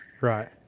Right